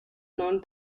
non